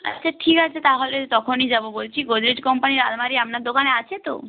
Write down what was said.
আচ্ছা ঠিক আছে তাহলে তখনই যাব বলছি গোদরেজ কোম্পানির আলমারি আপনার দোকানে আছে তো